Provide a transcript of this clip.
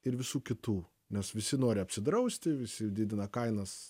ir visų kitų nes visi nori apsidrausti visi didina kainas